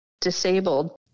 disabled